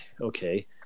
okay